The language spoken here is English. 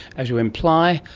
as you imply,